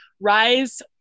RISE